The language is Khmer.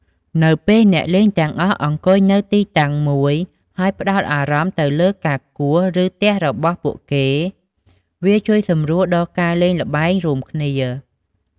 នៅពេលអ្នកលេងទាំងអស់អង្គុយនៅទីតាំងមួយ ហើយផ្ដោតអារម្មណ៍ទៅលើការគោះ ឬទះរបស់ពួកគេ វាជួយសម្រួលដល់ការលេងល្បែងរួមគ្នា។